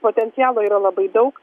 potencialo yra labai daug